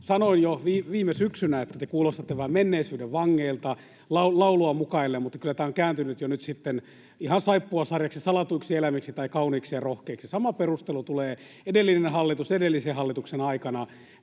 Sanoin jo viime syksynä, että te kuulostatte vähän menneisyyden vangeilta laulua mukaillen, mutta kyllä tämä on kääntynyt nyt jo sitten ihan saippuasarjaksi, Salatuiksi elämiksi tai Kauniiksi ja rohkeiksi. Sama perustelu tulee: ”edellinen hallitus”, ”edellisen hallituksen aikana”.